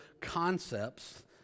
concepts